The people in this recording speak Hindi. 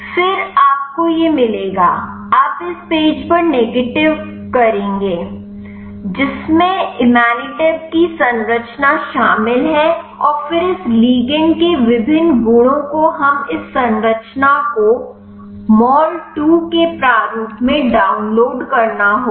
फिर आपको यह मिलेगा आप इस पेज पर नेविगेट करेंगे जिसमें इमैटिनिब की संरचना शामिल है और फिर इस लिगंड के विभिन्न गुणों को हमें इस संरचना को मोल 2 के प्रारूप में डाउनलोड करना होगा